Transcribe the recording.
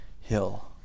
hill